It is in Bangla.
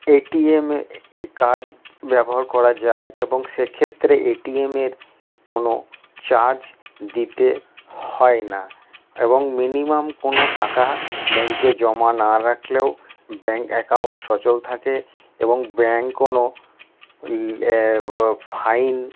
এটিএমে কার্ড ব্যবহার করা যায় এবং সে ক্ষেত্রে এটিএমের কোনো চার্জ দিতে হয় না এবং মিনিমাম কোনো টাকা ব্যাঙ্কে জমা না রাখলেও ব্যাঙ্ক অ্যাকাউন্ট সচল থাকে এবং ব্যাঙ্ক কোনো ফাইন